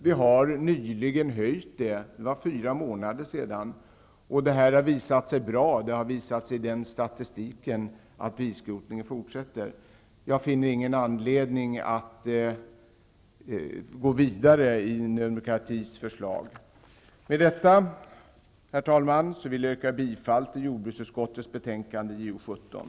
Vi har nyligen höjt den -- det var fyra månader sedan -- och det har visat sig vara bra. Det framgår av statistiken att bilskrotningen fortsätter. Jag finner ingen anledning att gå vidare med Ny demokratis förslag. Med detta, herr talman, vill jag yrka bifall till jordbruksutskottets hemställan i betänkandet Jo17.